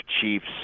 Chiefs